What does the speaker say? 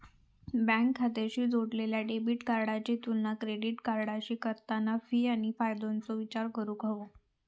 bank खात्याशी जोडलेल्या debit कार्डाची तुलना क्रेडिट कार्डाशी करताना फी आणि फायद्याचो विचार करूक हवो